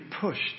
pushed